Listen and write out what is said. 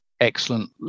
excellent